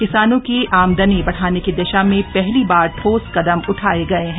किसानों की आमदनी बढ़ाने की दिशा में पहली बार ठोस कदम उठाये गये हैं